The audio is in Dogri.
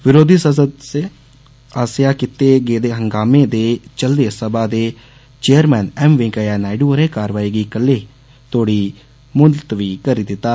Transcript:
बरोधी सदस्यें आसेआ कीते गेदे हंगामे दे चलदे सभा दे चेयरमैन एम वैंकेइया नायडु होरें कार्रवाई गी कल्लै तोहड़ी मुलतवी करी दित्ता